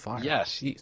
Yes